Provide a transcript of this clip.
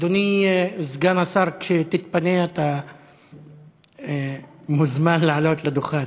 אדוני סגן השר, כשתתפנה אתה מוזמן לעלות לדוכן.